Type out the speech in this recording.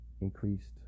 increased